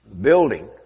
Building